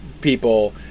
people